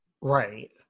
Right